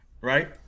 right